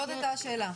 זאת הייתה השאלה.